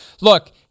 Look